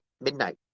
midnight